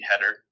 header